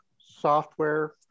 software